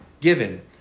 given